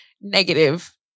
negative